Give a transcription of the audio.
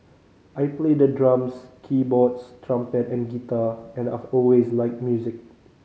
I play the drums keyboards trumpet and guitar and I've always liked music